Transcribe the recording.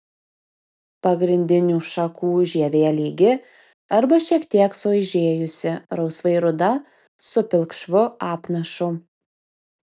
pagrindinių šakų žievė lygi arba šiek tiek suaižėjusi rausvai ruda su pilkšvu apnašu